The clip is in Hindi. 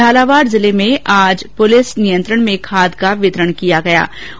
झालावाड़ जिले में पुलिस नियंत्रण में खाद का वितरण किया जा रहा है